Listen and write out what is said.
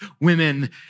women